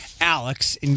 Alex